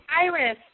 Iris